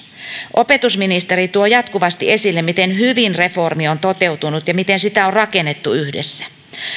opetusministeri tuo jatkuvasti esille miten hyvin reformi on toteutunut ja miten sitä on rakennettu yhdessä